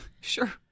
Sure